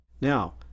Now